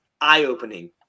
eye-opening